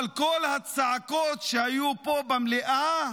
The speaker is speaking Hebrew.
אבל כל הצעקות שהיו פה במליאה,